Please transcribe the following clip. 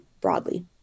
broadly